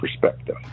perspective